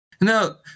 No